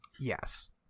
yes